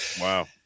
Wow